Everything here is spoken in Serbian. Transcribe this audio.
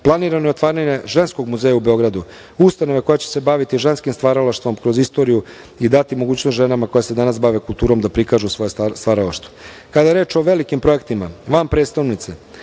je otvaranje ženskog muzeja u Beogradu, ustanova koja će se baviti ženskim stvaralaštvom kroz istoriju i dati mogućnost ženama koje se danas bave kulturom da prikažu svoje stvaralaštvo. Kada je reč o velikim projektima, van prestonice,